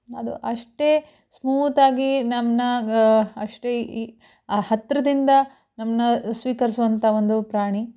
ಅದು ಅಷ್ಟೇ ಸ್ಮೂತಾಗಿ ನಮ್ಮನ್ನು ಅಷ್ಟೇ ಈ ಹತ್ತಿರದಿಂದ ನಮ್ಮನ್ನು ಸ್ವೀಕರಿಸುವಂಥ ಒಂದು ಪ್ರಾಣಿ